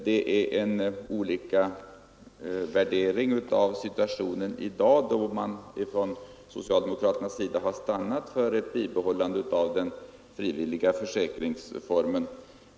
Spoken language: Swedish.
Vi har olika värdering av situationen i dag. Från socialdemokraternas sida har man stannat för ett bibehållande av den frivilliga försäkringsformen.